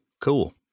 Cool